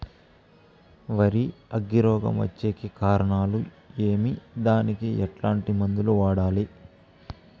వరి అగ్గి రోగం వచ్చేకి కారణాలు ఏమి దానికి ఎట్లాంటి మందులు వాడాలి?